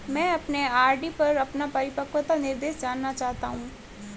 मैं अपने आर.डी पर अपना परिपक्वता निर्देश जानना चाहता हूं